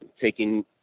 taking